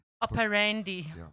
operandi